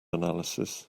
analysis